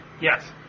Yes